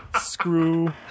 Screw